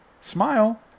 smile